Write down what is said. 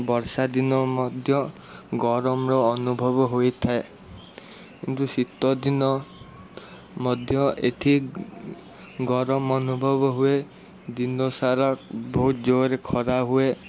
ବର୍ଷାଦିନ ମଧ୍ୟ ଗରମର ଅନୁଭବ ହୋଇଥାଏ କିନ୍ତୁ ଶୀତଦିନ ମଧ୍ୟ ଏଇଠି ଗରମ ଅନୁଭବ ହୁଏ ଦିନସାରା ବହୁତ ଜୋରରେ ଖରା ହୁଏ